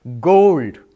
gold